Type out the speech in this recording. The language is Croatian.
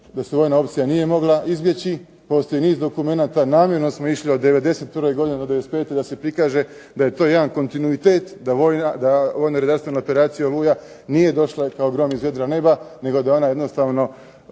da se vojna opcija nije mogla izbjeći, postoji niz dokumenata, namjerno smo išli od '91. godine do '95. da se prikaže da je to jedan kontinuitet, da vojno …/Govornik se ne razumije./… operacija "Oluja" nije došla kao grom iz vedra neba, nego da ona jednostavno